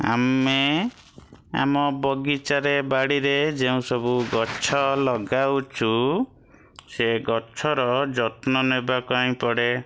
ଆମେ ଆମ ବଗିଚାରେ ବାଡ଼ିରେ ଯେଉଁ ସବୁ ଗଛ ଲଗାଉଛୁ ସେ ଗଛର ଯତ୍ନ ନେବା ପାଇଁ ପଡ଼େ